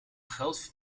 geld